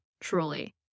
Truly